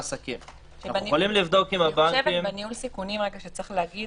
אני חושבת שבמסגרת ניהול הסיכונים צריך להגיד